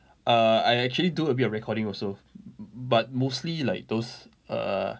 err I actually do a bit of recording also but mostly like those err